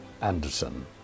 Anderson